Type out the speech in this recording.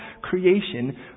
creation